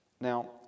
Now